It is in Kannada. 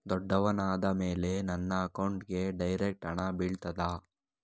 ದೊಡ್ಡವನಾದ ಮೇಲೆ ನನ್ನ ಅಕೌಂಟ್ಗೆ ಡೈರೆಕ್ಟ್ ಹಣ ಬೀಳ್ತದಾ?